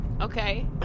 Okay